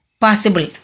possible